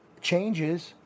changes